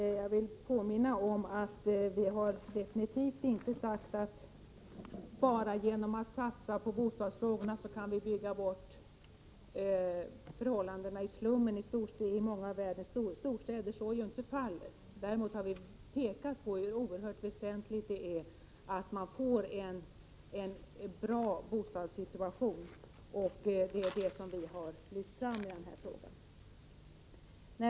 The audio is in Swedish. Jag vill då påminna om att vi definitivt inte har sagt att vi, enbart genom att satsa på bostadsfrågorna, kan bygga bort slummen i många av världens storstäder, för så är ju inte fallet. Däremot har vi pekat på hur oerhört väsentligt det är att få till stånd en bra bostadssituation. Det är det vi har lyft fram. Herr talman!